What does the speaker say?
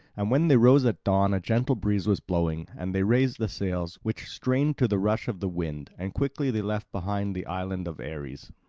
and when they rose at dawn a gentle breeze was blowing and they raised the sails, which strained to the rush of the wind, and quickly they left behind the island of ares.